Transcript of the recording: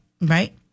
Right